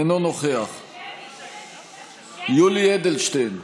אינו נוכח יולי אדלשטיין,